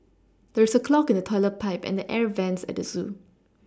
there is a clog in the toilet pipe and the air vents at the zoo